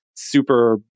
Super